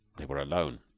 they were alone.